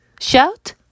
shout